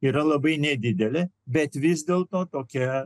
yra labai nedidelė bet vis dėlto tokia